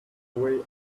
way